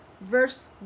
verse